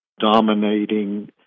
dominating